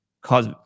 cause